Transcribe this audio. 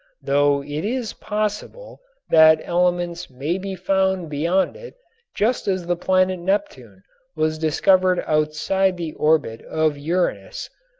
though it is possible that elements may be found beyond it just as the planet neptune was discovered outside the orbit of uranus.